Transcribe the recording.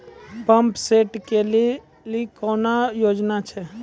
Pump set केलेली कोनो योजना छ?